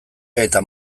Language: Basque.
eta